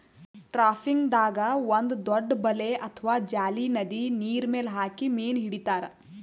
ಟ್ರಾಪಿಂಗ್ದಾಗ್ ಒಂದ್ ದೊಡ್ಡ್ ಬಲೆ ಅಥವಾ ಜಾಲಿ ನದಿ ನೀರ್ಮೆಲ್ ಹಾಕಿ ಮೀನ್ ಹಿಡಿತಾರ್